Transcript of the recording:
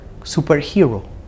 superhero